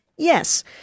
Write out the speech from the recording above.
Yes